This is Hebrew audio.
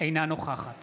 אינה נוכחת